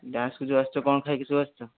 ଡ୍ୟାନ୍ସକୁ ଯେଉଁ ଆସୁଛ କ'ଣ ଖାଇକି ସବୁ ଆସୁଛ